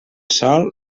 sol